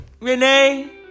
Renee